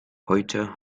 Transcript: heute